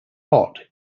hot